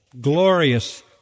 glorious